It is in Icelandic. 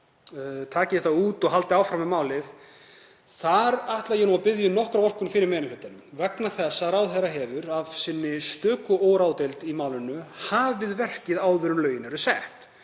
taki þetta út og haldi áfram með málið þá ætla ég að biðja um nokkra vorkunn fyrir meiri hlutann vegna þess að ráðherra hefur af sinni stöku óráðdeild í málinu hafið verkið áður en lögin eru sett.